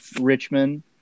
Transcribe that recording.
Richmond